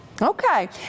Okay